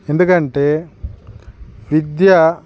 ఎందుకంటే విద్య